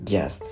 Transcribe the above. Yes